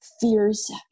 fears